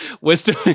Wisdom